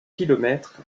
kilomètres